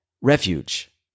refuge